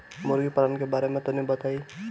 मुर्गी पालन के बारे में तनी बताई?